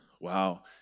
Wow